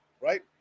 right